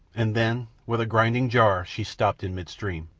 and then, with a grinding jar, she stopped in midstream.